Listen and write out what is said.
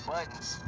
Buttons